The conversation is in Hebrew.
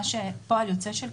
פועל יוצא מכך,